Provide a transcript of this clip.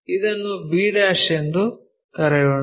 ಇದನ್ನು b' ಎಂದು ಕರೆಯೋಣ